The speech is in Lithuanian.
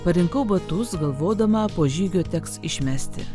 parinkau batus galvodama po žygio teks išmesti